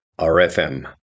RFM